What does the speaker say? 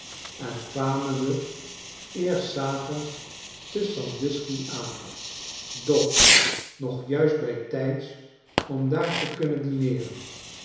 en kwamen we eerst s avonds te sandusky aan doch nog juist bijtijds om daar te kunnen dineeren